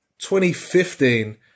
2015